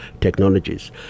Technologies